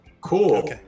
cool